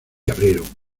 abrieron